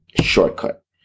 shortcut